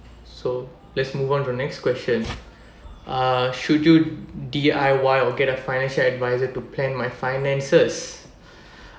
so let's move on to next question uh should you D_I_Y or get a financial adviser to plan my finances